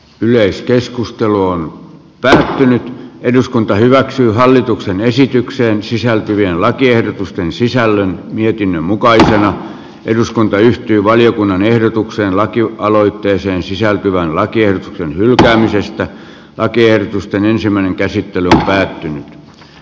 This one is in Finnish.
yleiskeskustelua töhrinyt eduskunta hyväksyy hallituksen esitykseen sisältyvien lakiehdotusten sisällön mietinnön mukaisena eduskunta yhtyi valiokunnan ehdotukseen larkio aloitteeseen sisältyvän lakien hylkäämisestä lakiehdotusten ensimmäinen käsittely hirvisaaren nimi